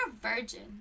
virgin